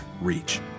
reach